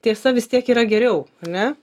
tiesa vis tiek yra geriau ane